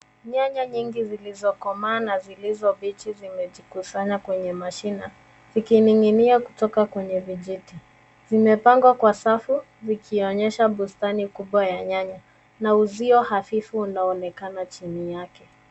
Nyanya nyingi zilizokomaa na zilizo mbichi zimejikusanya kwenye mashina ikining'inia kutoka kwa kwenye vijiti. Zimepangwa kwa safu zikionesha bustani kubwa ya nyanya na uzio hafifu unaoonekana chini yake.